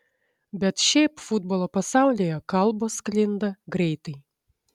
bet šiaip futbolo pasaulyje kalbos sklinda greitai